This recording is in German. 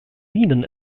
minen